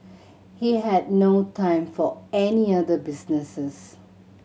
he had no time for any other businesses